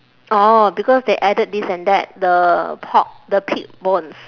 orh because they added this and that the pork the pig bones